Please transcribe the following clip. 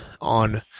on